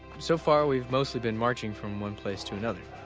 so far we've mostly been marching from one place to another.